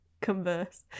converse